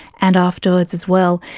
and afterwards as well,